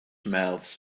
mouths